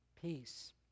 peace